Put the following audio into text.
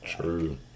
True